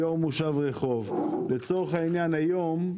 יו"ר מושב רחוב, לצורך העניין היום,